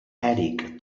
eric